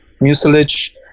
mucilage